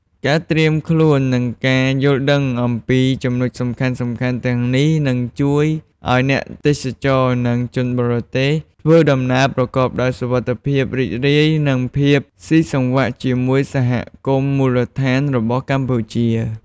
ការត្រៀមខ្លួន និងការយល់ដឹងអំពីចំណុចសំខាន់ៗទាំងនេះ នឹងជួយឱ្យអ្នកទេសចរ និងជនបរទេសធ្វើដំណើរប្រកបដោយសុវត្ថិភាព រីករាយ និងមានភាពស៊ីសង្វាក់ជាមួយសហគមន៍មូលដ្ឋានរបស់កម្ពុជា។